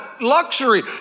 luxury